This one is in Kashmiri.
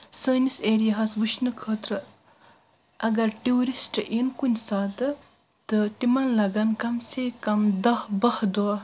سٲنِس ایریاہس وٕچھنہٕ خٲطرٕ اگر ٹیوٗرسٹ یِن کُنہِ ساتہٕ تہٕ تِمن لگن کم سے کم دہ بہہ دۄہ